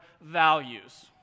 values